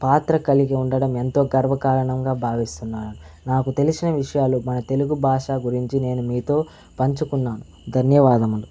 పాత్ర కలిగి ఉండడం ఎంతో గర్వకారణంగా భావిస్తున్నాను నాకు తెలిసిన విషయాలు మన తెలుగు భాషా గురించి నేను మీతో పంచుకున్నాను ధన్యవాదములు